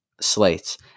slates